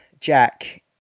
Jack